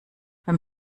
beim